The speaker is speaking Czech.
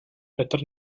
petr